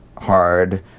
hard